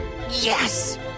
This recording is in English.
Yes